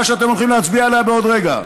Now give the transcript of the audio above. שאתם הולכים להצביע עליה בעוד רגע: